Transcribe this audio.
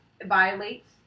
Violates